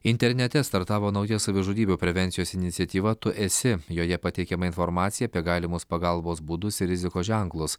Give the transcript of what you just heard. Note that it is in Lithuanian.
internete startavo nauja savižudybių prevencijos iniciatyva tu esi joje pateikiama informacija apie galimus pagalbos būdus ir rizikos ženklus